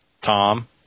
Tom